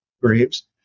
graves